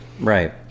right